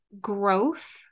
growth